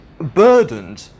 burdened